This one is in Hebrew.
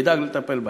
נדאג לטפל בהם.